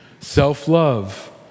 Self-love